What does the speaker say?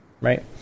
Right